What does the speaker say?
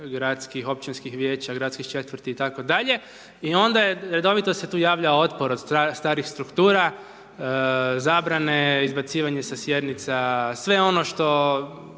gradskih, općinskih vijeća, gradskih četvrti itd. i onda redovito se tu javlja otpor od starih struktura, zabrane, izbacivanje sa sjednica sve ono što